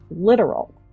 literal